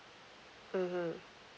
mmhmm